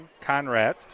Conrad